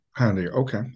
Okay